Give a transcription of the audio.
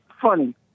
funny